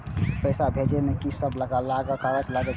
पैसा भेजे में की सब कागज लगे छै?